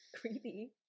creepy